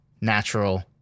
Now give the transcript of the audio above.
natural